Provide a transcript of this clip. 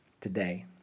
today